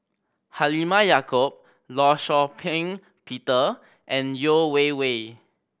Halimah Yacob Law Shau Ping Peter and Yeo Wei Wei